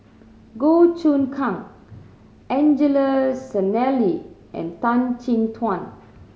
Goh Choon Kang Angelo Sanelli and Tan Chin Tuan